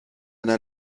n’a